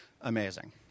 amazing